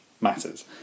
matters